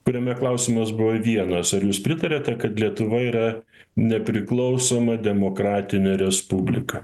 kuriame klausimas buvo vienas ar jūs pritariate kad lietuva yra nepriklausoma demokratinė respublika